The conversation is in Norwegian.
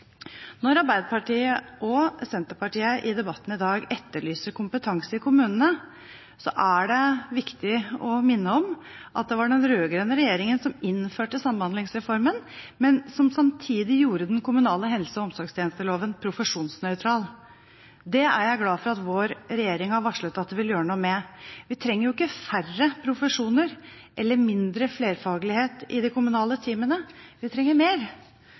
Når Arbeiderpartiet og Senterpartiet i debatten i dag etterlyser kompetanse i kommunene, er det viktig å minne om at det var den rød-grønne regjeringen som innførte Samhandlingsreformen, men som samtidig gjorde den kommunale helse- og omsorgstjenesteloven profesjonsnøytral. Det er jeg glad for at vår regjering har varslet at den vil gjøre noe med. Vi trenger jo ikke færre profesjoner eller mindre flerfaglighet i de kommunale teamene; vi trenger flere og mer.